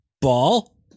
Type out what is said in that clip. ball